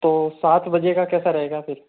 तो सात बजे का कैसा रहेगा फिर